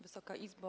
Wysoka Izbo!